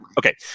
Okay